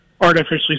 artificially